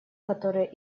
которое